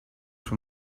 from